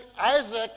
Isaac